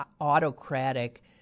autocratic